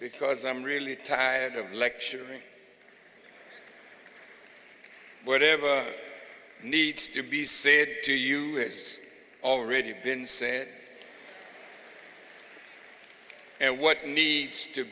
because i'm really tired of lecturing whatever needs to be said to you there's already been said and what needs to